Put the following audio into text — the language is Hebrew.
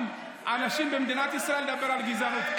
אנשים במדינת ישראל ותדבר על גזענות.